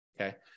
Okay